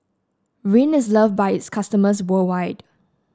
Rene is loved by its customers worldwide